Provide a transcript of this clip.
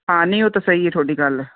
ਹਾਂ ਨਹੀਂ ਉਹ ਤਾਂ ਸਹੀ ਹੈ ਤੁਹਾਡੀ ਗੱਲ